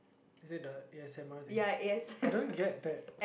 is it the A_S_M_R thing I don't get that